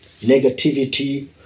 negativity